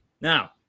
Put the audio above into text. Now